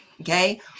Okay